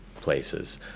places